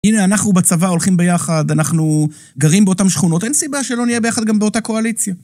הנה אנחנו בצבא הולכים ביחד, אנחנו גרים באותם שכונות, אין סיבה שלא נהיה ביחד גם באותה קואליציה.